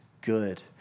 good